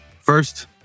First